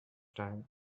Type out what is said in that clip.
time